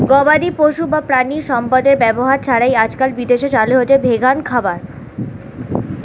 গবাদিপশু বা প্রাণিসম্পদের ব্যবহার ছাড়াই আজকাল বিদেশে চালু হয়েছে ভেগান খামার